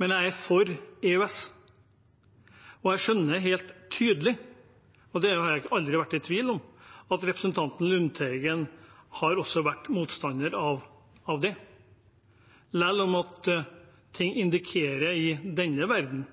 Men jeg er for EØS. Jeg skjønner helt tydelig – og det har jeg aldri vært i tvil om – at representanten Lundteigen også har vært motstander av det, selv om ting indikerer i denne verden